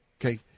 Okay